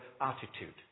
attitude